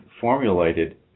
formulated